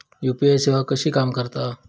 UPI सेवा कशी काम करता?